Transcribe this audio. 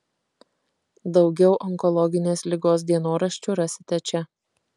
daugiau onkologinės ligos dienoraščių rasite čia